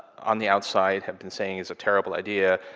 on the outside have been saying is a terrible idea.